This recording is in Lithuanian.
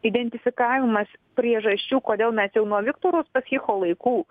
identifikavimas priežasčių kodėl mes jau nuo viktoro uspaskicho laikų